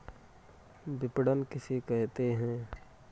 विपणन किसे कहते हैं?